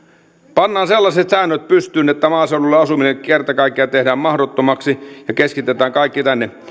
pannaan sellaiset säännöt pystyyn että maaseudulla asuminen kerta kaikkiaan tehdään mahdottomaksi ja keskitetään kaikki tänne